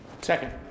Second